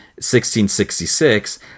1666